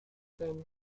been